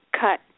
cut